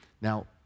Now